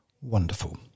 wonderful